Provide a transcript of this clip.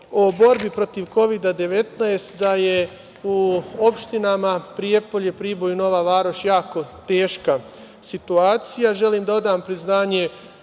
hoću da istaknem da je u opštinama Prijepolje, Priboj, Nova Varoš jako teška situacija. Želim da odam priznanje